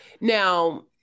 Now